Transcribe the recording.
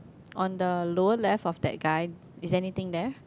on the lower left of that guy is there anything there